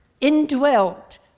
indwelt